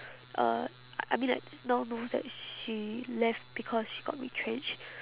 uh I I mean like now knows that she left because she got retrenched